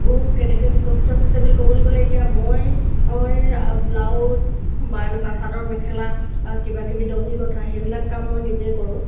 ও কেনেকৈ বিকশিত হৈছে বুলি ক'বলৈ গ'লে এতিয়া মই ব্লাউজ বা এনেকুৱা চাদৰ মেখেলা কিবাকিবি দহি গোঁঠা সেইবিলাক কাম মই নিজেই কৰোঁ